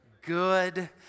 Good